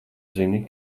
zini